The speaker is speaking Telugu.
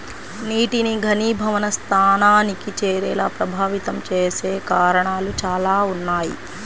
నీటిని ఘనీభవన స్థానానికి చేరేలా ప్రభావితం చేసే కారణాలు చాలా ఉన్నాయి